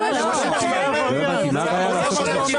הוא לא יכול להפקיד את זה